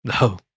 No